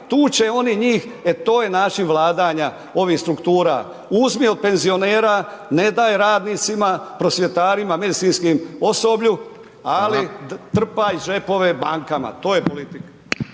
tu će oni njih, e to je način vladanja ovih struktura, uzmi od penzionera, ne daj radnicima, prosvjetarima, medicinskom osoblju, ali trpaj džepove bankama. To je politika.